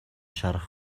шарх